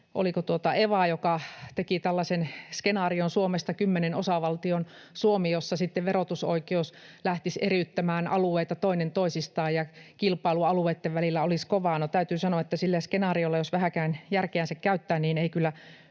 oliko Eva, esitellä tällaisen skenaarion Suomesta, kymmenen osavaltion Suomi, jossa sitten verotusoikeus lähtisi eriyttämään alueita toinen toisistaan ja kilpailu alueitten välillä olisi kovaa. No, täytyy sanoa, että sillä skenaariolla, jos vähääkään järkeänsä käyttää, ei kyllä